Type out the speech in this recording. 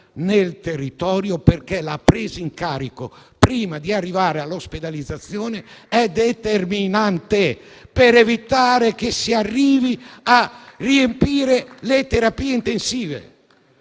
nel territorio, perché la presa in carico prima di arrivare all'ospedalizzazione è determinante, per evitare che si arrivi a riempire le terapie intensive.